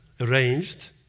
arranged